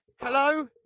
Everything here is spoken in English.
Hello